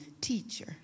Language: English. teacher